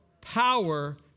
Power